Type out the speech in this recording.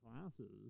classes